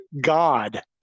God